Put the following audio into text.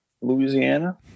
Louisiana